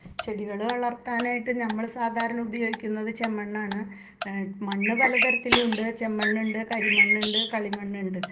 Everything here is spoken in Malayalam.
ചെടികൾ വളർത്താനായിട്ട് നമ്മൾ സാധാരണ ഉപയോഗിക്കുന്നത് ചെമ്മണ്ണ് ആണ് മണ്ണ് പല തരത്തിലുണ്ട് ചെമ്മണ്ണ് ഉണ്ട് കരി മണ്ണ് ഉണ്ട് കളി മണ്ണ് ഉണ്ട്